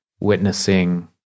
Witnessing